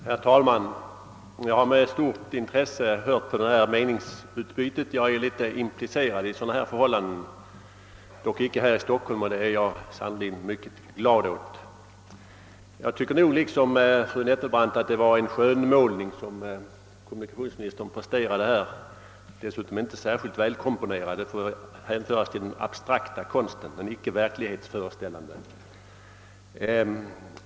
Herr talman! Jag har med stort intresse hört på detta meningsutbyte. Jag är i viss mån implicerad i sådana här förhållanden — dock icke här i Stockholm, och det är jag sannerligen mycket glad åt. Jag tycker liksom fru Nettelbrandt att det var en skönmålning som kommunikationsministern presterade här, dessutom inte särskilt välkomponerad. Den får hänföras till den abstrakta konsten, d. v. s. den icke verklighetsföreställande.